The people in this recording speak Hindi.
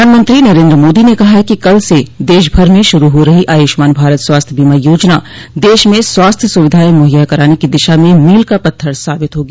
प्रधानमंत्री नरेन्द्र मोदी ने कहा है कि कल से दशभर में शुरू हो रही आयुष्मान भारत स्वास्थ्य बीमा योजना देश में स्वास्थ्य सुविधाएं मुहैया कराने की दिशा में मील का पत्थर साबित होगी